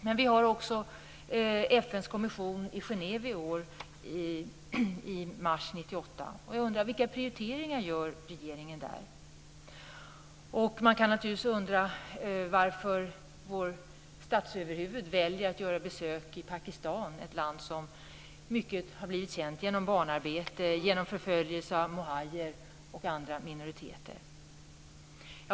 Men vi har också FN:s kommission i Genève i mars 1998. Jag undrar: Vilka prioriteringar gör regeringen där? Man kan naturligtvis undra varför vårt statsöverhuvud väljer att göra besök i Pakistan, ett land som mycket har blivit känt genom barnarbete, förföljelse av muhajer och andra minoriteter.